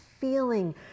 feeling